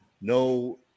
no